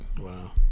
Wow